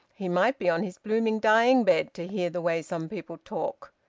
he might be on his blooming dying bed, to hear the way some people talk!